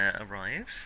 arrives